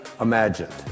imagined